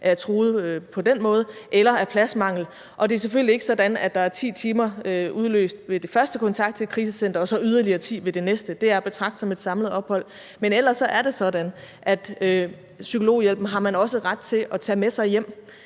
er truet på den måde – eller af pladsmangel. Det er selvfølgelig ikke sådan, at der er 10 timer udløst ved den første kontakt til et krisecenter og så yderligere 10 ved det næste. Det er at betragte som et samlet ophold. Men ellers er det sådan, at psykologhjælpen har man også ret til at tage med sig hjem,